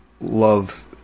love